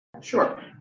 Sure